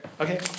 Okay